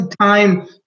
time